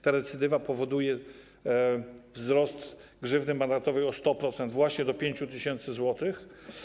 Ta recydywa powoduje wzrost grzywny mandatowej o 100%, właśnie do 5 tys. zł.